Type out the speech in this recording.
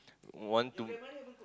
want to